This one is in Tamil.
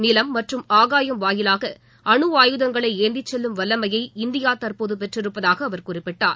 நிலம் மற்றும் ஆகாயம் வாயிவாக அணு ஆயுதங்களை ஏந்திச் செல்லும் வல்லமையை இந்தியா தற்போது பெற்றிருப்பதாக அவர் குறிப்பிட்டார்